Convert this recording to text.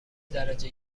درجه